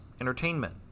entertainment